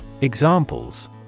Examples